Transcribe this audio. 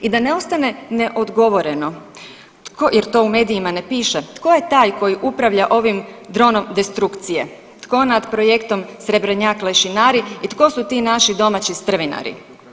I da ne ostane neodgovoreno jer to u medijima ne piše tko je taj koji upravlja ovim dronom destrukcije, tko nad projektom Srebrnjak lešinari i tko su ti naši domaći strvinari.